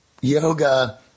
yoga